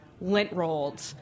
lint-rolled